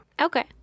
Okay